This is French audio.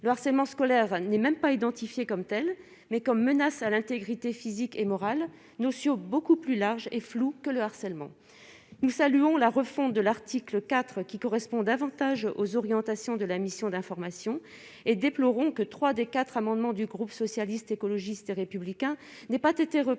le harcèlement scolaire n'est même pas identifiés comme tels mais comme menace à l'intégrité physique et morale, notion beaucoup plus large et flou que le harcèlement nous saluons la refonte de l'article 4 qui correspond davantage aux orientations de la mission d'information et déplorons que 3 des 4 amendements du groupe socialiste, écologiste et républicain n'ait pas été repris